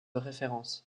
référence